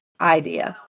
idea